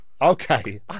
Okay